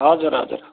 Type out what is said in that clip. हजुर हजुर